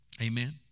Amen